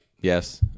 yes